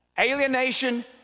alienation